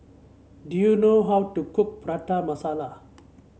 do you know how to cook Prata Masala